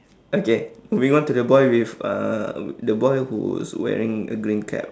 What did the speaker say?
okay moving on to the boy with uh the boy who's wearing a green cap